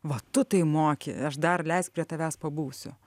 va tu tai moki aš dar leisk prie tavęs pabūsiu